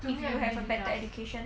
if you have a better education